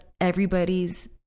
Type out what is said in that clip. everybody's